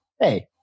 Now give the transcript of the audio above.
hey